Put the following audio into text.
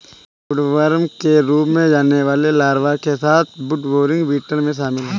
woodworm के रूप में जाने वाले लार्वा के साथ वुडबोरिंग बीटल में शामिल हैं